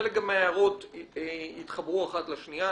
חלק מההערות גם יתחברו אחת לשנייה.